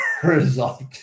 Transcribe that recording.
result